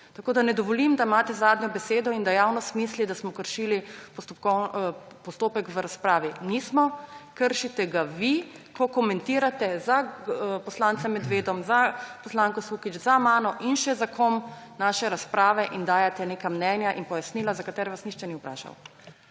Tako ne dovolim, da imate zadnjo besedo in da javnost misli, da smo kršili postopek v razpravi. Nismo! Kršite ga vi, ko komentirate za poslancem Medvedom, za poslanko Sukič, za menoj in še za kom naše razprave in dajete neka mnenja in pojasnila, za katere vas nihče ni vprašal.